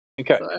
Okay